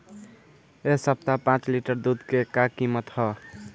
एह सप्ताह पाँच लीटर दुध के का किमत ह?